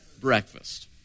breakfast